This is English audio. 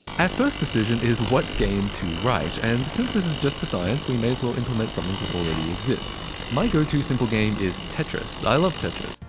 our first decision is what game to write, and since this is just for science, we may as well implement something that already exists. my go-to simple game is tetris i love tetris.